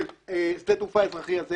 של שדה תעופה אזרחי הזה